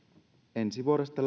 ensi vuodesta